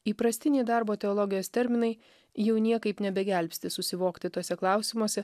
įprastinį darbo teologijos terminai jau niekaip nebegelbsti susivokti tuose klausimuose